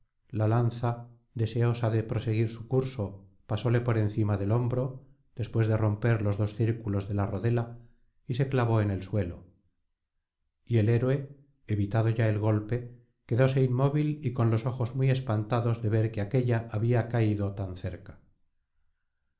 la lanza deseosa de proseguir su curso pasóle por cima del hombro después de romper los dos círculos de la rodela y se clavó en el suelo y el héroe evitado ya el golpe quedóse inmóvil y con los ojos muy espantados de ver que aquélla había caído tan cerca